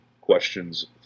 questions